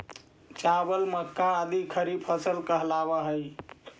चावल, मक्का आदि खरीफ फसल कहलावऽ हइ